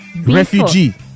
Refugee